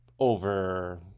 over